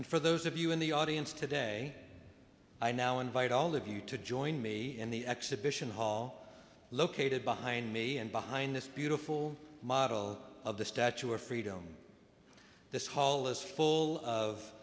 and for those of you in the audience today i now invite all of you to join me in the exhibition hall located behind me and behind this beautiful model of the statue of freedom this hall is full of